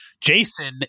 Jason